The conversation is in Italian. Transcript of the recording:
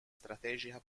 strategica